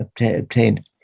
obtained